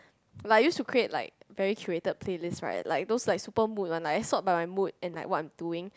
like used to create like very accurate playlist right like those like super mood one sort by my mood and like what I am doing